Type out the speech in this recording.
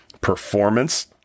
performance